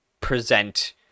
present